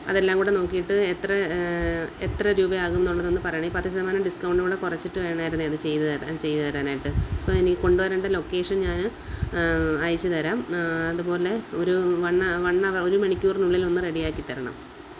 അതെല്ലാം കൂടെ നോക്കിയിട്ട് എത്ര എത്ര രൂപയാകും എന്നുള്ളതൊന്ന് പറയണേ ഈ പത്ത് ശതമാനം ഡിസ്കൗണ്ടും കൂടെ കുറച്ചിട്ട് വേണമായിരുന്നേ അത് ചെയ്തുതരാൻ ചെയ്തുതരാനായിട്ട് അപ്പോൾ എനിക്ക് കൊണ്ടുവരേണ്ട ലൊക്കേഷൻ ഞാൻ അയച്ചുതരാം അതുപോലെ ഒരു വണ്ണ വൺ അവർ ഒരു മണിക്കൂറിലൊന്ന് റെഡി ആക്കി തരണം